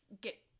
get